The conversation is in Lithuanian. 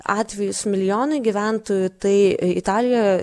atvejus milijonui gyventojų tai italijoje